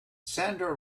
sandra